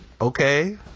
Okay